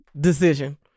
decision